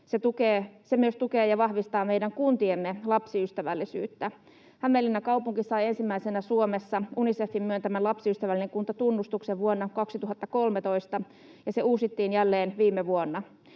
Se myös tukee ja vahvistaa meidän kuntiemme lapsiystävällisyyttä. Hämeenlinnan kaupunki sai ensimmäisenä Suomessa Unicefin myöntämän Lapsiystävällinen kunta ‑tunnustuksen vuonna 2013, ja se uusittiin jälleen viime vuonna.